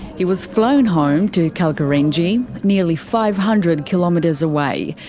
he was flown home to kalkarindji, nearly five hundred kilometres away,